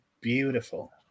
beautiful